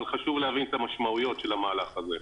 חשוב להבין את המשמעויות של המהלך הזה.